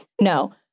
no